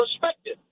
perspective